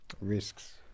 Risks